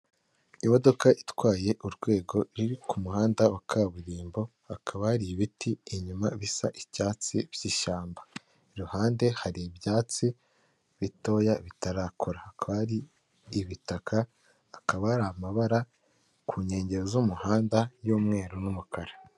Imodoka itwaye urwego iri ku muhanda wa kaburimbo, hakaba hari ibiti inyuma bisa icyatsi by'ishyamba, iruhande hari ibyatsi bitoya bitarakura, hakaba hari ibitaka, hakaba hari amabara ku nkengero z'umuhanda y'umweru n'umukara.